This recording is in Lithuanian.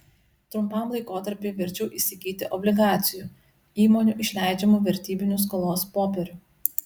trumpam laikotarpiui verčiau įsigyti obligacijų įmonių išleidžiamų vertybinių skolos popierių